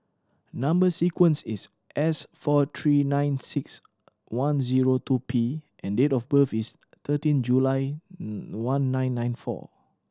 number sequence is S four three nine six one zero two P and date of birth is thirteen July one nine nine four